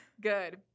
Good